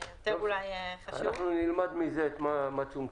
אנחנו נלמד מזה מה צומצם.